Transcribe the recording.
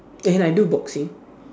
and I do boxing